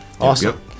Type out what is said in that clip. Awesome